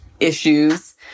Issues